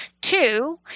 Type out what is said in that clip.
Two